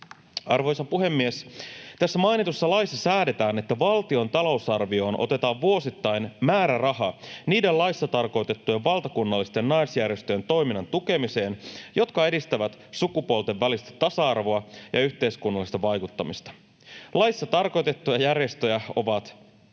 Arvoisa puhemies! Tässä mainitussa laissa säädetään, että valtion talousarvioon otetaan vuosittain määräraha niiden laissa tarkoitettujen valtakunnallisten naisjärjestöjen toiminnan tukemiseen, jotka edistävät sukupuolten välistä tasa-arvoa ja yhteiskunnallista vaikuttamista. Laissa tarkoitettuja järjestöjä ovat